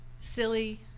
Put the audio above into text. silly